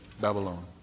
Babylon